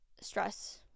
stress